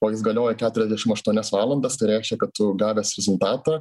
o jis galioja keturiasdešim aštuonias valandas tai reiškia kad tu gavęs rezultatą